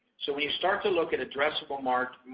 so when you start to look at addressable markets,